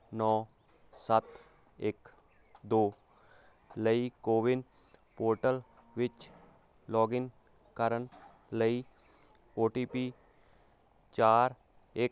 ਨੋ ਸੱਤ ਇੱਕ ਦੋ ਲਈ ਕੋਵਿਨ ਪੋਰਟਲ ਵਿੱਚ ਲੋਗਿਨ ਕਰਨ ਲਈ ਓ ਟੀ ਪੀ ਚਾਰ ਇੱਕ